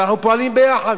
ואנחנו פועלים ביחד.